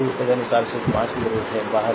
तो तदनुसार सिर्फ 5 की जरूरत है बाहर